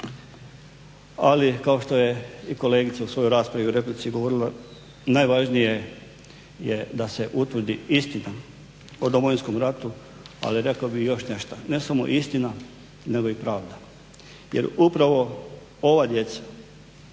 Ali kao što je i kolegica u svojoj raspravi u replici govorila najvažnije je da se utvrdi istina o Domovinskom ratu, ali rekao bih i još nešta. Ne samo istina, nego i pravda jer upravo ova djeca